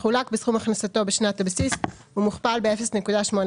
מחולק בסכום הכנסתו בשנת הבסיס ומוכפל ב-0.85,